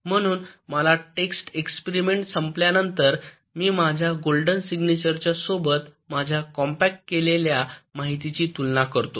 म्हणून माझा test experiment संपल्यानंतर मी माझ्या गोल्डन सिग्नेचरच्या सोबत माझ्या कॉम्पॅक्ट केलेल्या माहितीची तुलना करतो